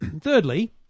Thirdly